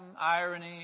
irony